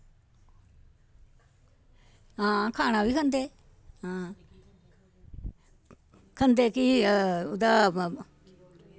हां खाना बी खंदे हां खंदे कि ओह्दा